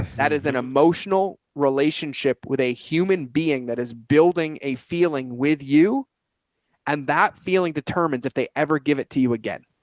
that is an emotional relationship with a human being that is building a feeling with you and that feeling determines if they ever give it to you again.